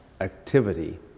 activity